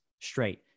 straight